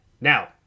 Now